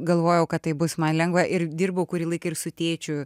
galvojau kad tai bus man lengva ir dirbau kurį laiką ir su tėčiu